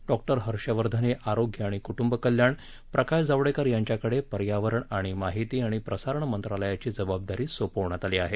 डॉ हर्षवर्धन हे आरोग्य आणि कुटुंब कल्याण प्रकाश जावडेकर यांच्याकडे पर्यावरण आणि माहिती आणि प्रसारण मंत्रालयाची जबाबदारी सोपवण्यात आली आहे